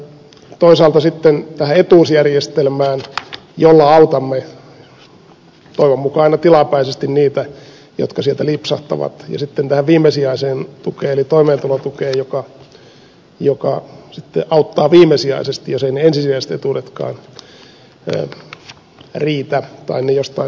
toisaalta se perustuu tähän etuusjärjestelmään jolla autamme toivon mukaan aina tilapäisesti niitä jotka sieltä lipsahtavat ja sitten se perustuu tähän viimesijaiseen tukeen eli toimeentulotukeen joka auttaa viimesijaisesti jos eivät ne ensisijaiset etuudetkaan riitä tai ne jostain syystä loppuvat